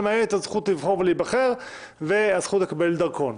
למעט הזכות לבחור ולהיבחר והזכות לקבל דרכון.